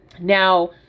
Now